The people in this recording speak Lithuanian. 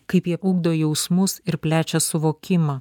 kaip jie ugdo jausmus ir plečia suvokimą